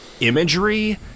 imagery